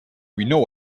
know